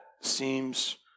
seems